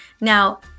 Now